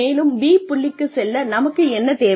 மேலும் B புள்ளிக்குச் செல்ல நமக்கு என்ன தேவை